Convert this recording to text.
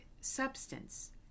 substance